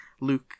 Luke